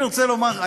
יש לך זמן.